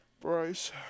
Bryce